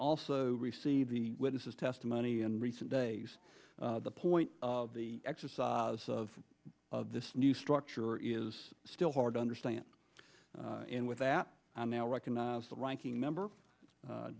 also receive the witnesses testimony in recent days the point of the exercise of this new structure is still hard to understand and with that i now recognize the ranking member